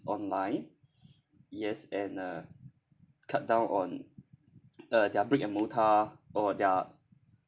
online yes and uh cut down on uh their brick and mortar or their